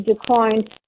declined